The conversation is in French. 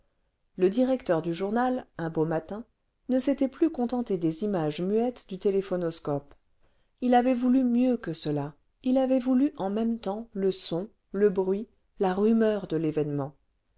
le directeur du journal un beau matin ne s'était plus contenté des images muettes du téléphonoscope il avait voulu mieux que cela il avait voulu en même temps le son le bruit la rumeur de l'événement